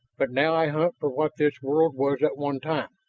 but now i hunt for what this world was at one time,